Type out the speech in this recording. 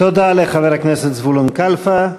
תודה לחבר הכנסת זבולון קלפה.